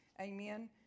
Amen